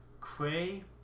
Cray